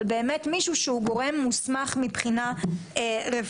אבל באמת, מישהו שהוא גורם מוסמך מבחינה רפואית.